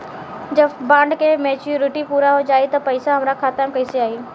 जब बॉन्ड के मेचूरिटि पूरा हो जायी त पईसा हमरा खाता मे कैसे आई?